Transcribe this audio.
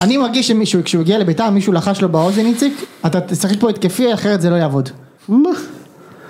אני מרגיש שמישהו כשהוא הגיע לבית״ר מישהו לחש לו באוזן איציק אתה תשחק פה התקפי אחרת זה לא יעבוד